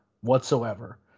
whatsoever